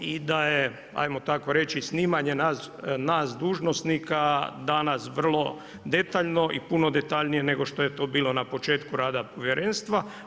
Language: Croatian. I da je ajmo tako reći, snimanje naš dužnosnika danas vrlo detaljno i puno detaljnije nego što je to bilo na početku rada povjerenstva.